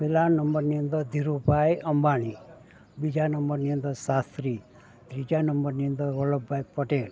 પહેલા નંબરની અંદર ધીરુભાઈ અંબાણી બીજા નંબરની અંદર શાસ્ત્રી ત્રીજા નંબરની અંદર વલ્લભભાઈ પટેલ